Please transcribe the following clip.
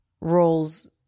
roles